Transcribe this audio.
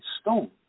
stone